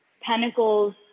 Pentacles